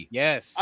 yes